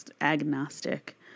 agnostic